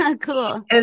cool